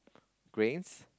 grains